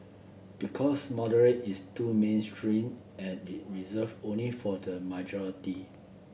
because moderate is too mainstream and is reserved only for the majority